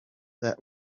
that